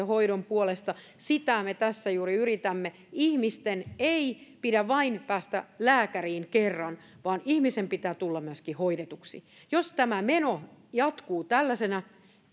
hoidon puolesta sitä me tässä juuri yritämme ihmisen ei pidä vain päästä lääkäriin kerran vaan ihmisen pitää tulla myöskin hoidetuksi jos tämä meno jatkuu tällaisena